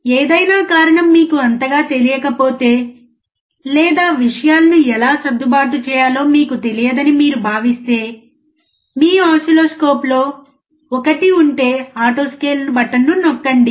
ఏదైనా కారణం మీకు అంతగా తెలియకపోతే లేదా విషయాలను ఎలా సర్దుబాటు చేయాలో మీకు తెలియదని మీరు భావిస్తే మీ ఓసిల్లోస్కోప్లో ఒకటి ఉంటే ఆటో స్కేల్ బటన్ను నొక్కండి